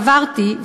סברתי,